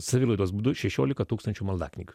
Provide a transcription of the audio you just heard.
savilaidos būdu šešiolika tūkstančių maldaknygių